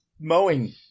mowing